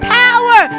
power